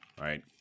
Right